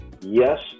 yes